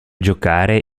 giocare